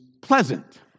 pleasant